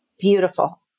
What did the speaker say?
beautiful